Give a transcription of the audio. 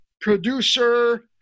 producer